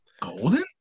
Golden